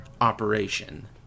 Operation